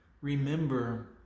remember